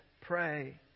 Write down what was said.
pray